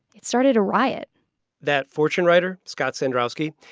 it started a riot that fortune writer, scott cendrowski,